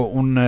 un